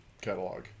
catalog